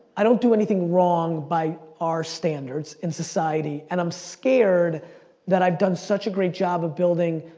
i don't do anything wrong by our standards in society and i'm scared that i've done such a great job of building,